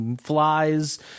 flies